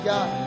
God